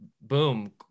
boom